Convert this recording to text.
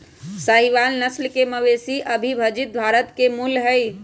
साहीवाल नस्ल के मवेशी अविभजित भारत के मूल हई